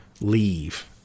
leave